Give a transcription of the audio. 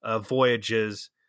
voyages